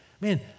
Man